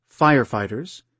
firefighters